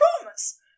promise